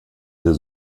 der